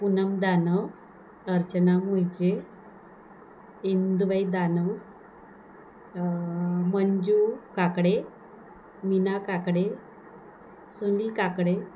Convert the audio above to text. पुनम दानव अर्चना मूळचे इंदुबई दानव मंजू काकडे मीना काकडे सुनील काकडे